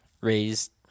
raised